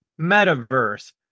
metaverse